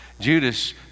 Judas